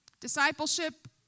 Discipleship